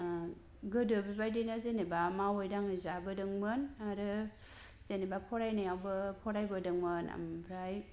गोदो बेबायदिनो जेनोबा मावै दांङो जाबोदोंमोन आरो जेनोबा फरायनायाबो फरायबोदोंमोन ओमफ्राय